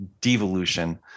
devolution